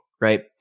right